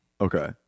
Okay